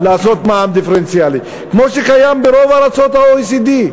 לעשות מע"מ דיפרנציאלי כמו שקיים ברוב ארצות ה-OECD.